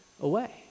away